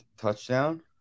touchdown